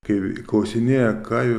kai klausinėja ką jų